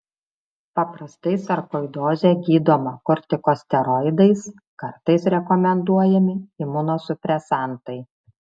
paprastai sarkoidozė gydoma kortikosteroidais kartais rekomenduojami imunosupresantai